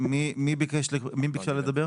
מה שמך?